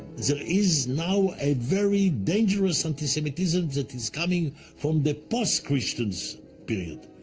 there is now a very dangerous antisemitism that is coming from the post-christians period.